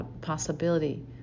possibility